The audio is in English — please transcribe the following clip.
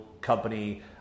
company